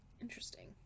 Interesting